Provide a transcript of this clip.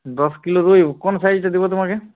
দশ কিলো রুই কোন সাইজটা দেবো তোমাকে